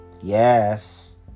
Yes